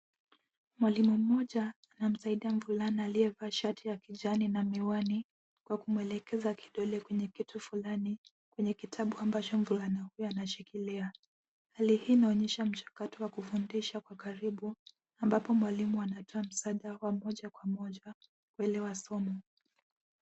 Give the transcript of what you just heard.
Mwalimu mmoja anamsaidia mvulana aliyevaa shati ya kijani na miwani kwa kumwelekeza kidole kwenye kitu fulani kwenye kitabu ambacho mvulana huyo anashikilia. Hali hii inaonyesha mchakato wa kufundisha kwa karibu ambapo mwalimu anatoa msaada wa moja kwa moja kuelewa somo.